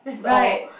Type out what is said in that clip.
right